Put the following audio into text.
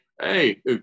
hey